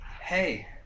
hey